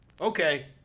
Okay